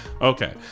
Okay